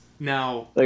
Now